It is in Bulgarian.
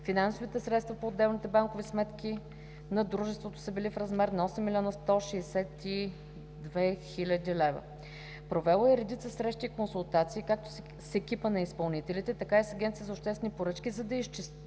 финансовите средства по отделните банкови сметки на дружеството са били в размер на 8 162 000 лв. Провела е редица срещи и консултации както с екипа на изпълнителите, така и с Агенцията за обществени поръчки, за да изчисти